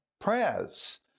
prayers